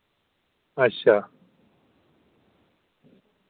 अच्छा